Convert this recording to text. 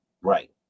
right